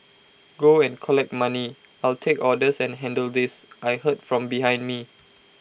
go and collect money I'll take orders and handle this I heard from behind me